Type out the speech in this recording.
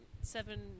seven